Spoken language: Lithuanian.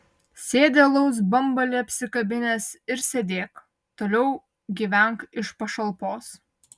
sėdi alaus bambalį apsikabinęs ir sėdėk toliau gyvenk iš pašalpos